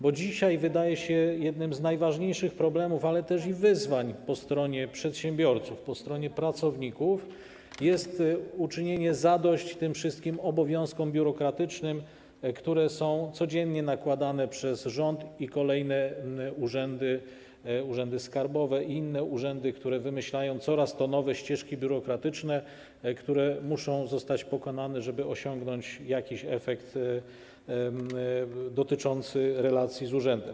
Bo dzisiaj wydaje się, że jednym z najważniejszych problemów, ale też i wyzwań po stronie przedsiębiorców, po stronie pracowników jest uczynienie zadość tym wszystkim obowiązkom biurokratycznym, które są codziennie nakładane przez rząd i kolejne urzędy, urzędy skarbowe i inne urzędy, które wymyślają coraz to nowe ścieżki biurokratyczne, które muszą zostać pokonane, żeby osiągnąć jakiś efekt dotyczący relacji z urzędem.